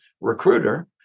recruiter